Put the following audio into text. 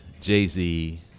Jay-Z